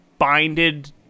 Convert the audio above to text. binded